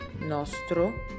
nostro